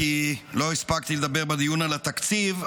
כי לא הספקתי לדבר בדיון על התקציב,